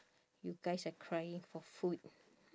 you guys are crying for food